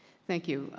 thank you.